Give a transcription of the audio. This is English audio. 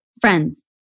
Friends